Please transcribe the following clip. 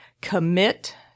commit